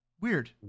Weird